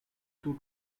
two